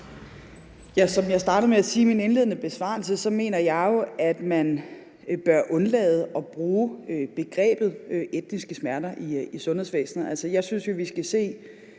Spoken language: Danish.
Som jeg startede med at sige i min indledende besvarelse, mener jeg jo, at man bør undlade at bruge begrebet etniske smerter i sundhedsvæsenet. Jeg synes jo, vi skal se